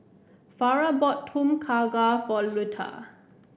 Farrah bought Tom Kha Gai for Luetta